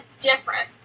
different